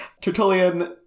Tertullian